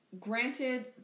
granted